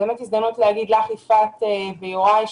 יפעת ויוראי,